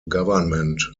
government